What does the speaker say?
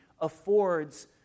affords